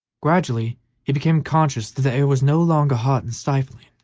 gradually he became conscious that the air was no longer hot and stifling,